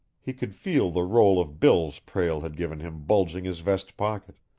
he could feel the roll of bills prale had given him bulging his vest pocket,